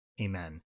Amen